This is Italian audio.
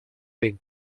ben